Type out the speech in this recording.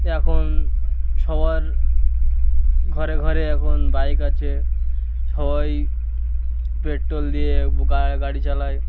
এখন সবার ঘরে ঘরে এখন বাইক আছে সবাই পেট্রোল দিয়ে গা গাড়ি চালায়